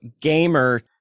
gamer